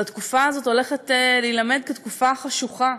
אבל התקופה הזאת הולכת להילמד כתקופה חשוכה,